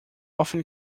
often